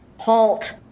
halt